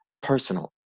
Personal